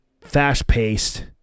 fast-paced